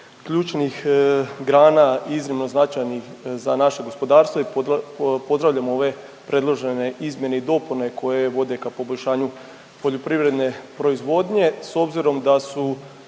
ključnih grana iznimno značajnih za naše gospodarstvo i pozdravljam ove izmjene i dopune koje vode ka poboljšanju poljoprivredne proizvodnje. S obzirom da su